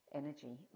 energy